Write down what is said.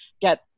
get